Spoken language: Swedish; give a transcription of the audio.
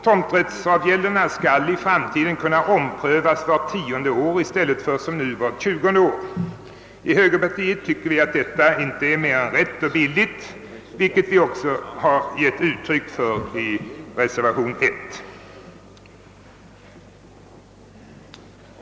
Tomträttsavgälderna skall i framtiden kunna omprövas vart tionde år i stället för som nu vart tjugonde år. I högerpartiet tycker vi att detta är rätt och billigt, vilket vi också har gett uttryck åt i reservation I.